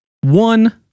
one